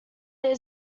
there